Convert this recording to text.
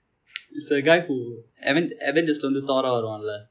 is the guy who avenge~ avengers வந்து:vanthu thor வருவான்ல:varuvaanla